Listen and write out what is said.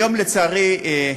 היום, לצערי,